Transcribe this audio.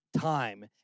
time